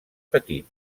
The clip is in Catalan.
petit